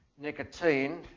nicotine